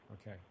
okay